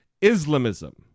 Islamism